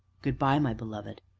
good-by, my beloved!